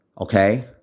Okay